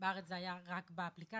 בארץ זה היה רק באפליקציה.